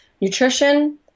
nutrition